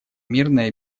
мирное